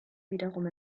wiederum